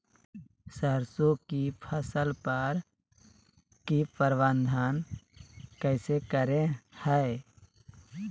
सरसों की फसल पर की प्रबंधन कैसे करें हैय?